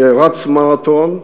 כרץ מרתון,